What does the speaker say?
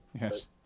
Yes